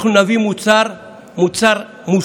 אנחנו נביא מוצר מושלם.